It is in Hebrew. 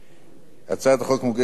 הצעת החוק מוגשת ללא הסתייגויות,